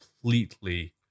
completely